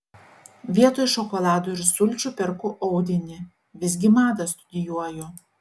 vietoj šokolado ir sulčių perku audinį visgi madą studijuoju